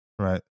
Right